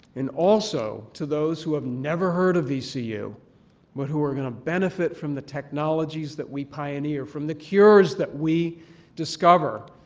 and also to those who have never heard of vcu but who are going to benefit from the technologies that we pioneer, from the cures that we discover,